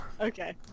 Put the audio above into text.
Okay